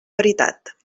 veritat